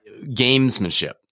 gamesmanship